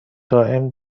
دائم